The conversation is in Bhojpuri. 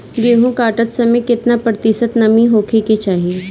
गेहूँ काटत समय केतना प्रतिशत नमी होखे के चाहीं?